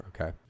Okay